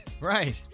Right